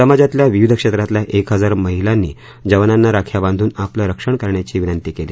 समाजातल्या विविध क्षेत्रातल्या एक हजार महिलांनी जवानांना राख्या बांधून आपलं रक्षण करण्याची विनंती केली